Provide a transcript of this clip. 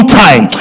time